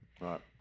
Right